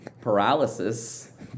paralysis